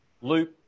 Luke